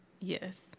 Yes